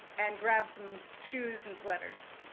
and grabs some shoes, and sweaters.